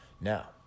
Now